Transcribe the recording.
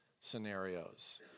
scenarios